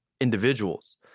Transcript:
individuals